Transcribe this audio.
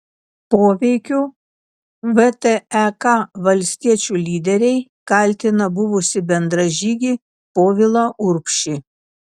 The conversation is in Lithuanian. poveikiu vtek valstiečių lyderiai kaltina buvusį bendražygį povilą urbšį